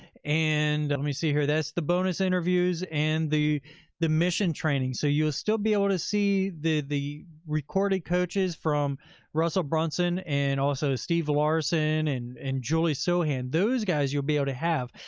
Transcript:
and, let me see here, that's the bonus interviews and the the mission training. so you'll still be able to see the the recorded coaches from russell brunson and also steve larsen and and julie so stoian. those guys, you'll be able to have.